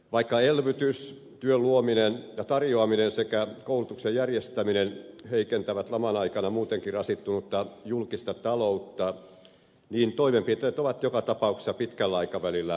vaikka elvytys työn luominen ja tarjoaminen sekä koulutuksen järjestäminen heikentävät laman aikana muutenkin rasittunutta julkista taloutta niin toimenpiteet ovat joka tapauksessa pitkällä aikavälillä kannattavia